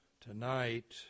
Tonight